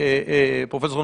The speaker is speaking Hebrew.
פרופ' נהון,